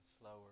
slower